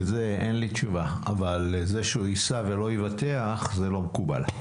לזה אין לי תשובה אבל זה שייסע ולא יבטח לא מקובל.